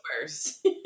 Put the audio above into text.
first